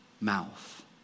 mouth